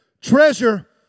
Treasure